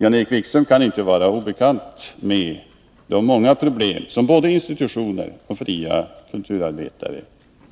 Jan-Erik Wikström kan inte vara obekant med de många problem som både institutioner och fria kulturarbetare